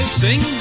sing